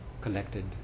collected